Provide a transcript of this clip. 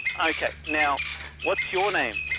okay now what's your name?